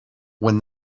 when